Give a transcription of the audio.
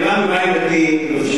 אני בא מבית דתי.